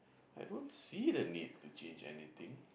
I don't see the need to change anything